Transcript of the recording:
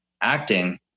acting